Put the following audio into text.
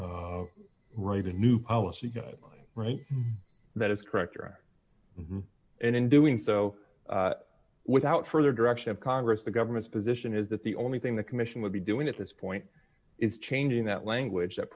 to write a new policy that is correct or not and in doing so without further direction of congress the government's position is that the only thing the commission would be doing at this point is changing that language that